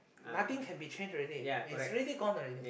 nothing can be changed already is already gone already